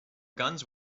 guns